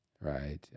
right